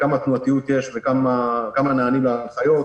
כמה תנועתיות יש וכמה נענים להנחיות.